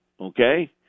Okay